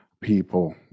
people